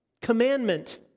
Commandment